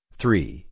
three